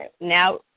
now